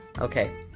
Okay